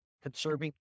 Conserving